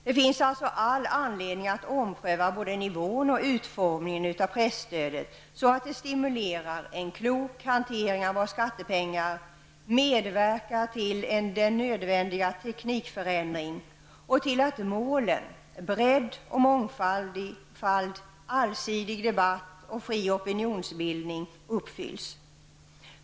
Det finns alltså all anledning att ompröva nivån och utformningen beträffande presstödet, som skall stimulera till en klok hantering av våra skattepengar samt medverka till den teknikförändring som är nödvändig och till att målen -- det gäller då alltså att få bredd och mångfald, en allsidig debatt och en fri opinionsbildning -- kan uppnås.